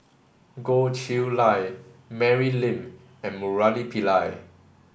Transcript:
Goh Chiew Lye Mary Lim and Murali Pillai